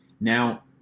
Now